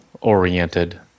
oriented